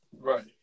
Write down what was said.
Right